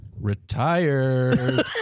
retired